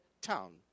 town